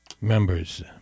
members